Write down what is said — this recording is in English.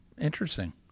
Interesting